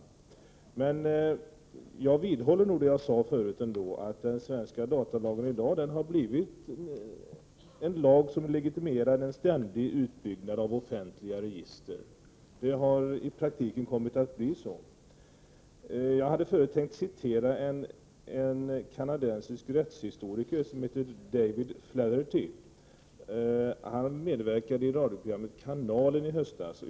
Jag vidhåller att den svenska datalagen har blivit en lag som legitimerar en ständig utbyggnad av offentliga register. Det har i praktiken kommit att bli så. Jag hade tidigare tänkt citera en kanadensisk rättshistoriker som heter David Flaherty. Han medverkade i radioprogrammet Kanalen i höstas.